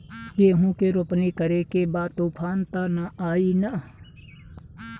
गेहूं के रोपनी करे के बा तूफान त ना आई न?